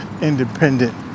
independent